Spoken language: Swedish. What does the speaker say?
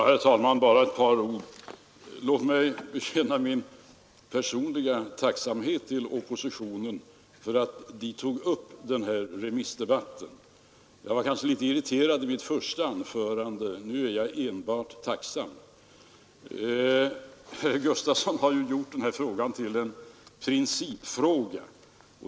Herr talman! Bara några ord. Låt mig bekänna min personliga tacksamhet mot oppositionen för att den tog upp den här remissdebatten. Jag var kanske litet irriterad i mitt första anförande; nu är jag enbart tacksam. Herr Gustafson i Göteborg gjorde denna fråga till en principfråga.